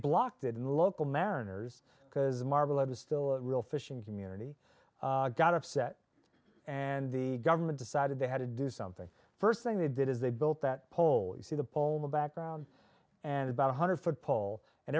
blocked it in local mariners because marblehead is still a real fishing community got upset and the government decided they had to do something first thing they did is they built that pole you see the pole in the background and about a hundred foot pole and